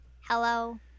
hello